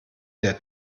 der